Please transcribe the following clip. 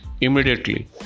immediately